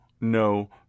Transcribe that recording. no